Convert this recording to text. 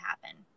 happen